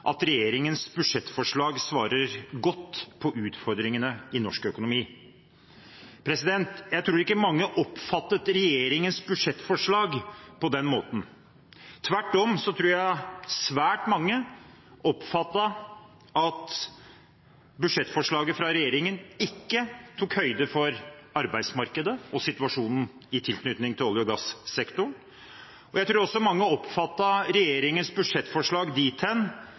at regjeringens budsjettforslag svarer godt på utfordringene i norsk økonomi. Jeg tror ikke mange oppfattet regjeringens budsjettforslag på den måten. Tvert om, jeg tror svært mange oppfattet at budsjettforslaget fra regjeringen ikke tok høyde for arbeidsmarkedet og situasjonen i tilknytning til olje- og gassektoren. Jeg tror også mange oppfattet regjeringens budsjettforslag